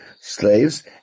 slaves